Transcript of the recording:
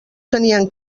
tenia